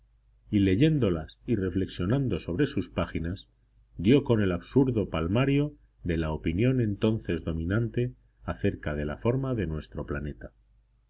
y leyéndolas y reflexionando sobre sus páginas dio con el absurdo palmario de la opinión entonces dominante acerca de la forma de nuestro planeta